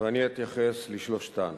ואני אתייחס לשלושתן.